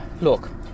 look